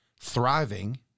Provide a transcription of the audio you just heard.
thriving